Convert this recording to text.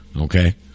okay